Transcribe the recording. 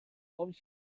ocean